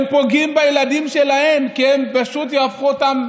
הם פוגעים בילדים שלהם, כי הם פשוט יהפכו אותם